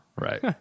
right